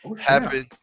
happen